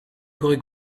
carrey